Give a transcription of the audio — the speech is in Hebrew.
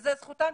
וזו זכותן,